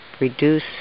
reduce